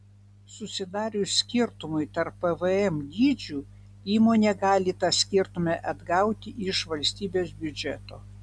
susidarius skirtumui tarp pvm dydžių įmonė gali tą skirtumą atgauti iš valstybės biudžeto